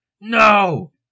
No